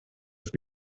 have